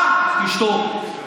אתה תשתוק.